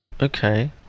Okay